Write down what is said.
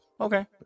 okay